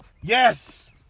Yes